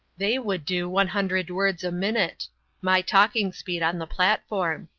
they would do one hundred words a minute my talking speed on the platform.